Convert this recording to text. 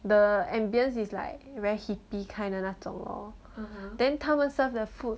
the ambience is like very hippie kind 的那种 loh then 他们 serve 的 food